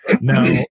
Now